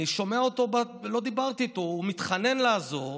לא דיברתי איתו, הוא מתחנן לעזור.